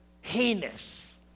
Heinous